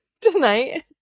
tonight